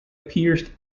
pierced